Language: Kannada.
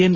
ಎನ್